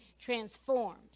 transformed